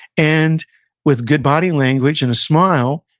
and with good body language and a smile,